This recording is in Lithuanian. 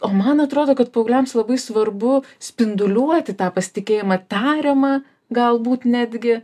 o man atrodo kad paaugliams labai svarbu spinduliuoti tą pasitikėjimą tariamą galbūt netgi